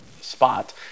spot